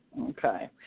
Okay